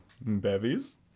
Bevies